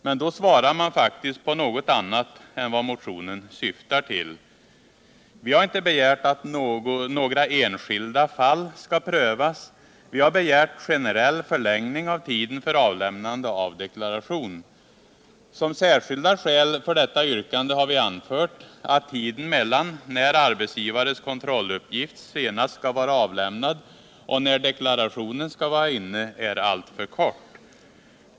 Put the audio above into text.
Men då svarar man faktiskt på något annat än vad motionen syftar till. Vi har inte begärt att några enskilda fall skall prövas. Vi har begärt en generell förlängning av tiden för avlämnande av deklaration. Som särskilda skäl för detta yrkande har vi anfört att tiden mellan det datum när arbetsgivarens kontrolluppgift senast skall vara avlämnad och när deklarationen skall vara inne är alltför kort.